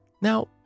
Now